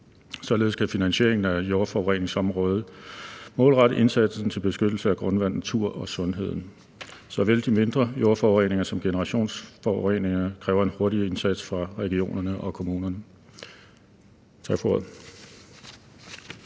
Således kan finansieringen af jordforureningsområdet målrette indsatsen til beskyttelsen af grundvandet, naturen og sundheden. Så vel de mindre jordforureninger som generationsforureningerne kræver en hurtigere indsats fra regionerne og kommunerne. Tak for ordet.